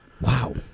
Wow